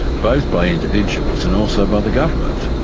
both by individuals and also by the government.